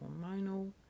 hormonal